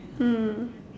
mm